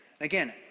Again